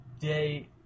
Day